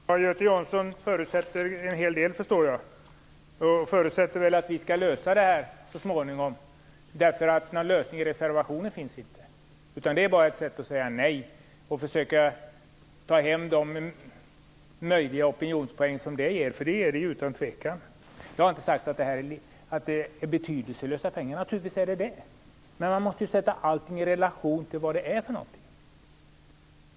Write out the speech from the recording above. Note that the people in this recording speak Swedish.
Herr talman! Göte Jonsson förutsätter en hel del, förstår jag. Han förutsätter väl också att vi skall lösa det här så småningom, för i reservationen finns det inte någon lösning. Den är bara ett sätt att säga nej och försöka ta hem de opinionspoäng som det ger - det gör det utan tvivel. Jag har inte sagt att de här pengarna är betydelselösa. Naturligtvis är de inte det. Men man måste ju ställa allting i relation till vad det är fråga om.